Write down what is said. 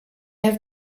have